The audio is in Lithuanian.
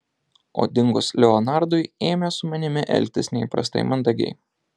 o dingus leonardui ėmė su manimi elgtis neįprastai mandagiai